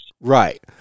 Right